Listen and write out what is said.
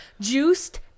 Juiced